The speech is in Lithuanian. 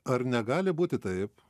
ar negali būti taip